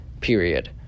Period